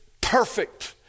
perfect